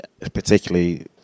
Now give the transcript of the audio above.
particularly